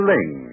Ling